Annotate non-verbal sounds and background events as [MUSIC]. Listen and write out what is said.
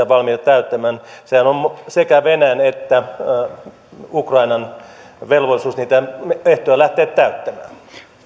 [UNINTELLIGIBLE] valmiita täyttämään sehän on sekä venäjän että ukrainan velvollisuus niitä ehtoja lähteä täyttämään